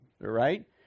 right